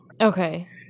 Okay